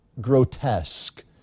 grotesque